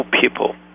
people